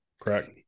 Correct